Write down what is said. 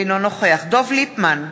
אינו נוכח דב ליפמן,